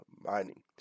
mining